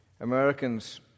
Americans